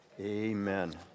Amen